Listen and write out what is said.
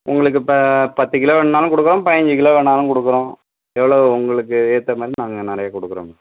உங்களுக்கு இப்போ பத்து கிலோ வேண்ணாலும் குடுக்குறோம் பதிஞ்சி கிலோ வேண்ணாலும் கொடுக்குறோம் எவ்வளோ உங்களுக்கு ஏற்ற மாதிரி நாங்கள் நிறைய கொடுக்குறோம்